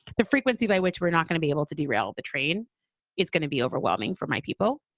the frequency by which we're not going to be able to derail the train is gonna be overwhelming for my people,